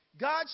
God